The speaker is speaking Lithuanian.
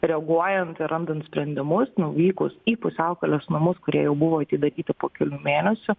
reaguojant ir randant sprendimus nuvykus į pusiaukelės namus kurie jau buvo atidaryti po kelių mėnesių